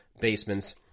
basements